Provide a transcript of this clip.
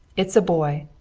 it's a boy.